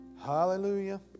hallelujah